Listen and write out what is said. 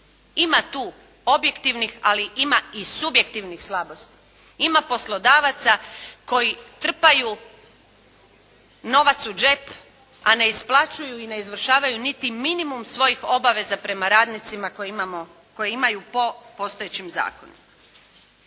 Ima tu objektivnih, ali ima i subjektivnih slabosti. Ima poslodavaca koji trpaju novac u džep, a ne isplaćuju i ne izvršavaju niti minimum svojih obaveza prema radnicima koji imaju po postojećem zakonu.